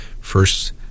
First